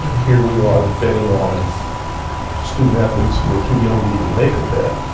here we are betting on student athletes who are too young to even make a bet.